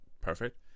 Perfect